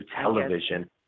television